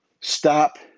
Stop